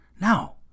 now